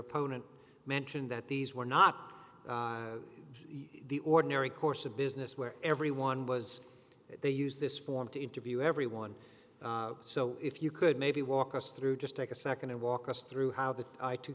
opponent mentioned that these were not the ordinary course of business where everyone was they use this form to interview everyone so if you could maybe walk us through just take a nd to walk us through how the two